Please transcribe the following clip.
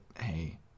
hey